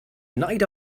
night